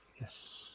Yes